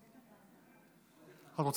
בבקשה.